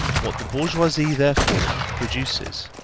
what the bourgeoisie, therefore, produces,